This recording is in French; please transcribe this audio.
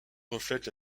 reflète